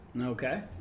Okay